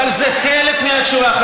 אבל זה חלק מהתשובה,